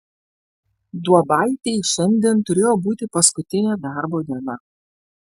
duobaitei šiandien turėjo būti paskutinė darbo diena